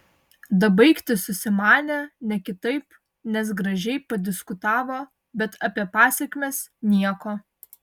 dabaigti susimanė ne kitaip nes gražiai padiskutavo bet apie pasekmes nieko